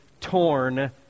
torn